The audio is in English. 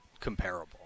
comparable